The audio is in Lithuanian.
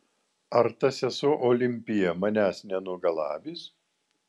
ar ta sesuo olimpija manęs nenugalabys